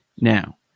Now